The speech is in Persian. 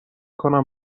کنم